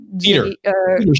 Peter